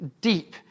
deep